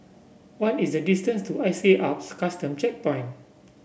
what is the distance to I C Alps Custom Checkpoint